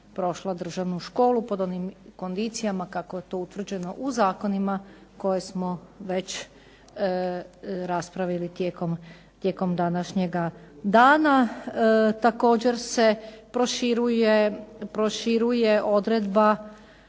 državnu školu, pod onim kondicijama kako je to utvrđeno u zakonima koje smo već raspravili tijekom današnjega dana. Također se proširuje odredba